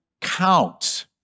count